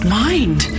mind